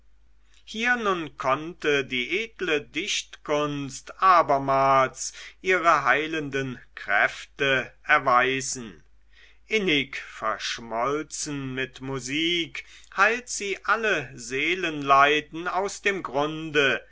hier nun konnte die edle dichtkunst abermals ihre heilenden kräfte erweisen innig verschmolzen mit musik heilt sie alle seelenleiden aus dem grunde